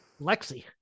Lexi